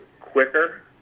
quicker